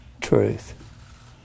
truth